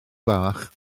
bach